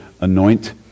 anoint